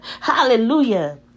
hallelujah